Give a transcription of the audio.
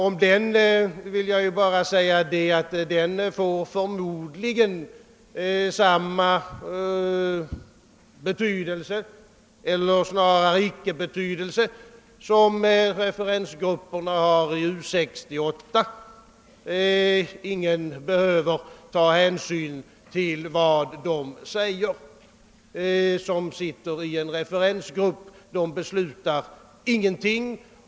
Om den vill jag bara säga att den förmodligen får samma betydelse, eller snarare icke-betydelse, som referensgrupperna har i U 68. Ingen behöver ta hänsyn till vad de säger som sitter i en referensgrupp. De beslutar ingenting.